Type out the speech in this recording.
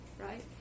right